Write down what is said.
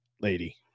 Lady